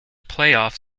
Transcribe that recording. playoff